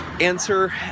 answer